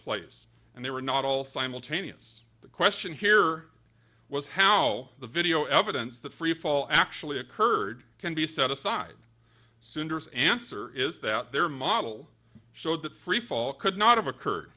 place and they were not all simultaneous the question here was how the video evidence that freefall actually occurred can be set aside cinders answer is that their model showed that freefall could not have occurred